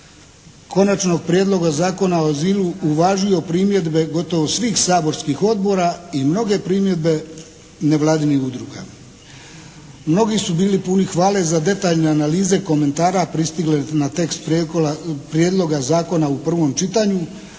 Konačnog prijedloga Zakona o azilu uvažio primjedbe gotovo svih saborskih odbora i mnoge primjedbe nevladinih udruga. Mnogi su bili puni hvale za detaljne analize komentara pristigle na tekst Prijedloga zakona u prvom čitanju.